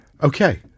Okay